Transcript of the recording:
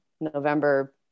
November